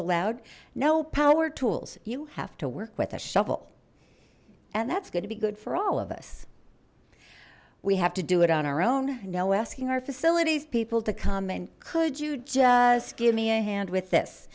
allowed no power tools you have to work with a shovel and that's good to be good for all of us we have to do it on our own no asking our facilities people to come and could you just give me a hand with this